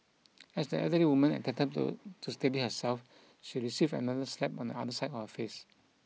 as the elderly woman attempted to to steady herself she received another slap on the other side of her face